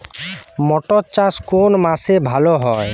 মটর চাষ কোন মাসে ভালো হয়?